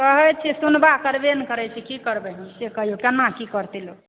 कहै छियै सुनबा करबै नहि करै छै की करबै हम से कहियो केना की करतै लोक